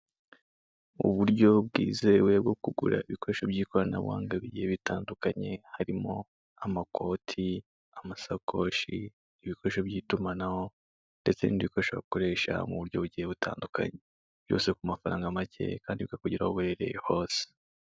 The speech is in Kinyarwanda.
Uburyo bwizewe bwo kugura ibikoresho by'ikoranabuhanga bigiye bitandukanye, harimo amakoti, amasakoshi, ibikoresho by'itumanaho ndetse n'bindi bikoresho wakoresha mu buryo bugiye butandukanye, byose ku mafaranga make, kandi bikakugeraho aho uherereye hose.